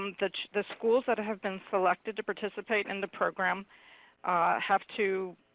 um the the schools that have been selected to participate in the program have to